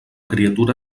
criatura